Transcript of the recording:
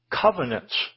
covenants